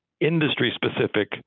industry-specific